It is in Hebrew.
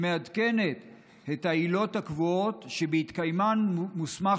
שמעדכנת את העילות הקבועות שבהתקיימן מוסמך